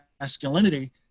masculinity